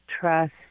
trust